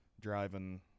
driving